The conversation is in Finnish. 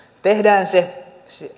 tehdään se